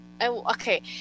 okay